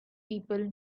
people